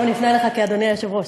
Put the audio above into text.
עכשיו אני אפנה אליך כאדוני היושב-ראש.